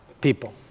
people